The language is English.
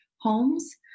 homes